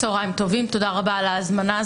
צוהריים טובים, תודה רבה על ההזמנה.